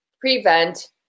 prevent